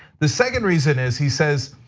the second reason is he says,